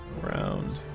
Round